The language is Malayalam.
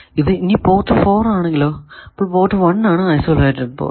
ഇനി പോർട്ട് 4 ആണെങ്കിലോ അപ്പോൾ പോർട്ട് 1 ആണ് ഐസൊലേറ്റഡ് പോർട്ട്